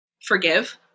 forgive